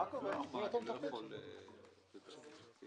אני מן הבחינה של מכון וולקני והם מן הבחינה של מד"א.